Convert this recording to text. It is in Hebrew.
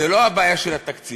זה לא בעיה של התקציב,